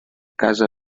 casa